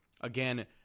Again